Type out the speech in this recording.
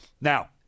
Now